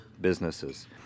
businesses